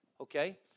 Okay